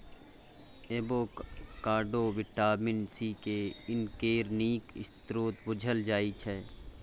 avocado vitamin C, K, E केर नीक स्रोत बुझल जाइ छै